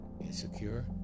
Insecure